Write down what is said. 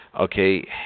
Okay